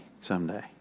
someday